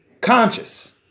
conscious